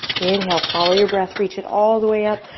inhale, follow your breath, reach it all the way up.